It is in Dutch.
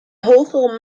hogere